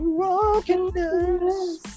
Brokenness